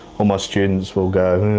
all my students will go oh,